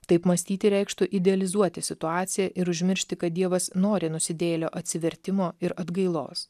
taip mąstyti reikštų idealizuoti situaciją ir užmiršti kad dievas nori nusidėjėlio atsivertimo ir atgailos